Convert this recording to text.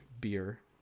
beer